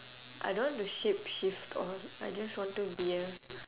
I don't want to shapeshift all I just want to be a